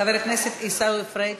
חבר הכנסת עיסאווי פריג'.